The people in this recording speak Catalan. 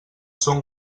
són